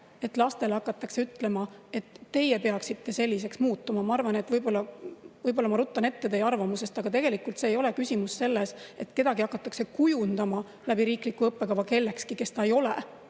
et lastele hakatakse ütlema, et teie peaksite selliseks muutuma. Ma arvan, et võib‑olla ma ruttan ette teie arvamusest, aga tegelikult see ei ole küsimus sellest, et kedagi hakatakse kujundama läbi riikliku õppekava kellekski, kes ta ei ole.